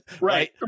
right